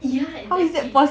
ya exactly